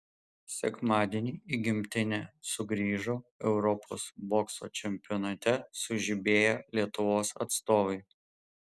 sekmadienį į gimtinę sugrįžo europos bokso čempionate sužibėję lietuvos atstovai